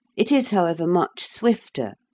it is, however, much swifter,